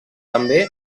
també